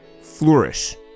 flourish